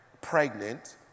pregnant